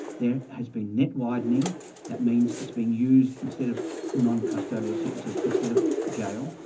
there has been net-widening that means it's been used instead of non-custodial sentences instead of jail,